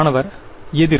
மாணவர் எதிர்